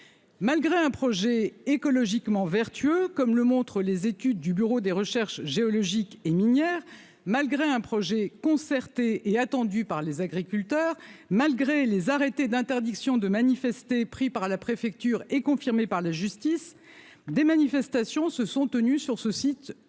malgré un projet écologiquement vertueux, comme le montrent les études du Bureau des recherches géologiques et minières, malgré un projet concerté et attendue par les agriculteurs, malgré les arrêtés d'interdiction de manifester, pris par la préfecture et confirmée par la justice, des manifestations se sont tenues sur ce site, ce